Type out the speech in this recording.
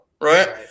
Right